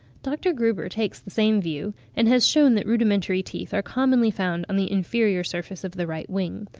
dr. gruber takes the same view, and has shewn that rudimentary teeth are commonly found on the inferior surface of the right wing.